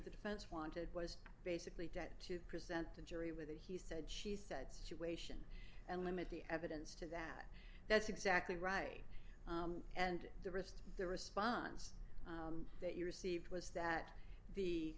the defense wanted was basically dead to present the jury with it he said she said situation and limit the evidence to that that's exactly right and the rest the response that you received was that the